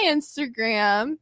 Instagram